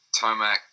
Tomac